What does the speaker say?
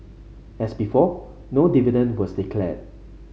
as before no dividend was declared